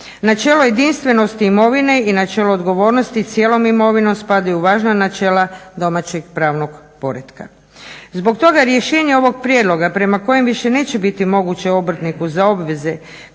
Načelo jedinstvenosti imovine i načelo odgovornosti cijelom imovinom spadaju u važna načela domaćeg pravnog poretka. Zbog toga rješenje ovog prijedloga prema kojem više neće biti moguće obrtniku za obveze